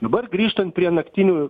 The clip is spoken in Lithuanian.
dabar grįžtant prie naktinių